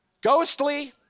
Ghostly